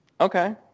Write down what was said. Okay